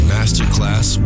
Masterclass